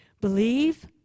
Believe